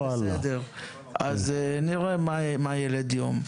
נראה מה יילד יום.